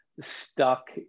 stuck